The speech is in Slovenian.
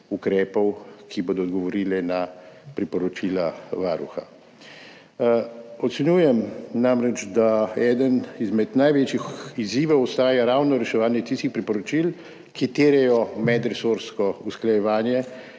ukrepov, ki bodo odgovorili na priporočila Varuha. Ocenjujem namreč, da eden izmed največjih izzivov ostaja ravno reševanje tistih priporočil, ki terjajo medresorsko usklajevanje